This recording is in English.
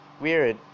weird